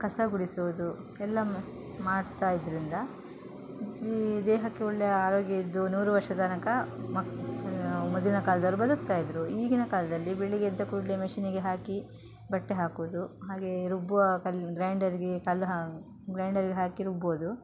ಕಸ ಗುಡಿಸುವುದು ಎಲ್ಲಾ ಮಾಡ್ತಾ ಇದ್ದರಿಂದ ದೇಹಕ್ಕೆ ಒಳ್ಳೆ ಆರೋಗ್ಯ ಇದ್ದು ನೂರು ವರ್ಷ ತನಕ ಮಕ್ ಮೊದಲಿನ ಕಾಲದವರು ಬದುಕ್ತಾ ಇದ್ದರು ಈಗಿನ ಕಾಲದಲ್ಲಿ ಬೆಳಿಗ್ಗೆ ಎದ್ದ ಕೂಡಲೆ ಮೆಷಿನಿಗೆ ಹಾಕಿ ಬಟ್ಟೆ ಹಾಕೋದು ಹಾಗೆ ರುಬ್ಬುವ ಕಲ್ಲು ಗ್ರ್ಯಾಂಡರಿಗೆ ಕಲ್ಲು ಹಾ ಗ್ರ್ಯಾಂಡರಿಗೆ ಹಾಕಿ ರುಬ್ಬೋದು